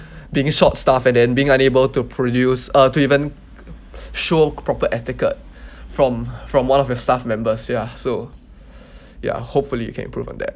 being short staffed and then being unable to produce uh to even show proper etiquette from from one of your staff members ya so ya hopefully you can improve on that